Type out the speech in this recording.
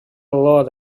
load